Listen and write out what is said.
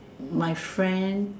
my friend